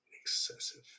Excessive